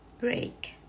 break